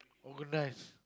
organise